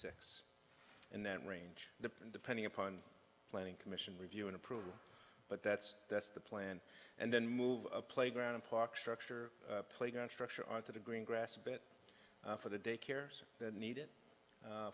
s in that range the depending upon planning commission review and approval but that's that's the plan and then move a playground and park structure playground structure on to the green grass a bit for the daycares